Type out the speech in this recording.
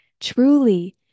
Truly